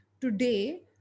Today